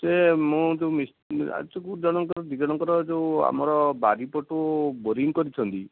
ସେ ମୁଁ ଯେଉଁ ଜଣଙ୍କର ଦୁଇ ଜଣଙ୍କର ଯେଉଁ ଆମର ବାରିପଟୁ ବୋରିଂ କରିଛନ୍ତି